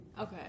Okay